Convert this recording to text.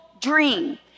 dream